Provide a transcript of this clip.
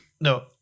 No